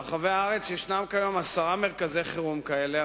ברחבי הארץ יש כיום עשרה מרכזי חירום כאלו,